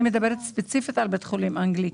אני מדברת ספציפית על בית החולים האנגלי,